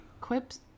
quips